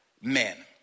men